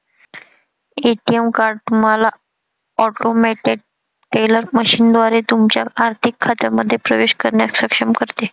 ATM card तुम्हाला automated teller मशीनद्वारे तुमच्या आर्थिक खात्यांमध्ये प्रवेश करण्यास सक्षम करते